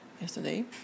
Yesterday